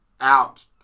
out